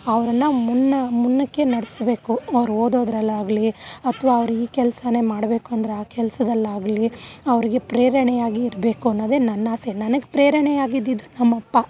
ಅವ್ರನ್ನು ಮುನ್ನ ಮುಂದಕ್ಕೆ ನಡೆಸ್ಬೇಕು ಅವ್ರು ಓದೋದ್ರಲ್ಲಾಗಲಿ ಅಥ್ವಾ ಅವ್ರಿಗೆ ಕೆಲ್ಸವೇ ಮಾಡಬೇಕು ಅಂದರೆ ಆ ಕೆಲ್ಸದಲ್ಲಾಗಲಿ ಅವರಿಗೆ ಪ್ರೇರಣೆಯಾಗಿ ಇರಬೇಕು ಅನ್ನೋದೇ ನನ್ನಾಸೆ ನನಗೆ ಪ್ರೇರಣೆಯಾಗಿದ್ದಿದ್ದು ನಮ್ಮಪ್ಪ